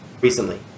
recently